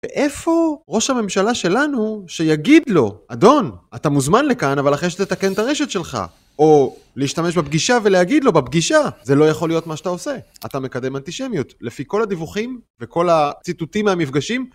ואיפה ראש הממשלה שלנו שיגיד לו, אדון, אתה מוזמן לכאן, אבל אחרי שתתקן את הרשת שלך, או להשתמש בפגישה ולהגיד לו בפגישה, זה לא יכול להיות מה שאתה עושה, אתה מקדם אנטישמיות. לפי כל הדיווחים וכל הציטוטים מהמפגשים,